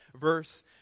verse